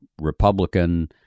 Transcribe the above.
republican